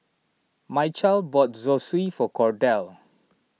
Mychal bought Zosui for Cordell